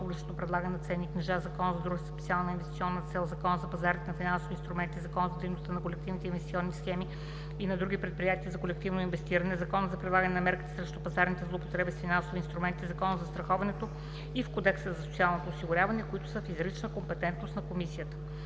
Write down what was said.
публичното предлагане на ценни книжа, Закона за дружествата със специална инвестиционна цел, Закона за пазарите на финансови инструменти, Закона за дейността на колективните инвестиционни схеми и на други предприятия за колективно инвестиране, Закона за прилагане на мерките срещу пазарните злоупотреби с финансови инструменти, Кодекса за застраховането и в Кодекса за социално осигуряване, които са в изричната компетентност на комисията;“